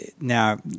now